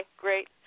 great